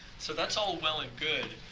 so, that's all well and good,